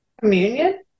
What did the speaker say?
Communion